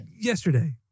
yesterday